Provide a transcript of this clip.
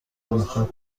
میخواد